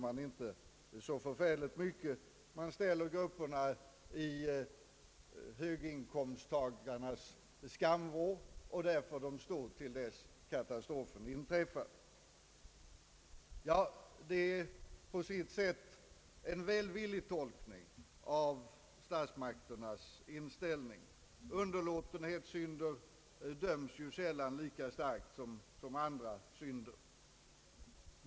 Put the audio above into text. Man ställer dessa grupper i höginkomsttagarnas skamvrå, och där får de stå så länge. Detta är på sitt sätt en välvillig tolkning av statsmakternas inställning. Underlåtenhetssynder döms ju sällan lika hårt som andra synder.